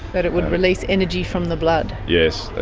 that it would release energy from the blood. yes.